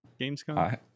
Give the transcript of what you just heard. Gamescom